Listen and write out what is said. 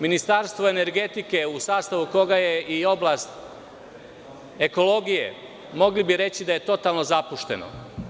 Ministarstvo energetike, u sastavu koga je i oblast ekologije, mogli bi reći da je totalno zapušteno.